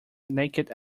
naked